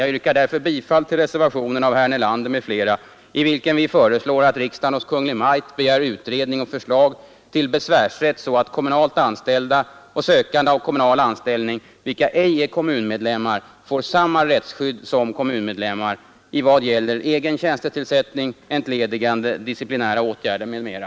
Jag yrkar därför bifall till reservationen av herr Nelander m.fl., i vilken vi föreslår att riksdagen hos Kungl. Maj:t begär utredning och förslag till besvärsrätt så att kommunalt anställda och sökande av kommunal anställning, vilka ej är kommunmedlemmar, får samma rättsskydd som kommunmedlemmar i vad gäller egen tjänstetillsättning, entledigande, disciplinära åtgärder m.m.